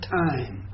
time